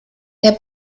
der